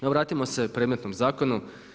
No, vratimo se predmetnom zakonu.